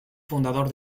fundador